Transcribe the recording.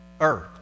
earth